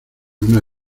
una